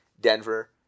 Denver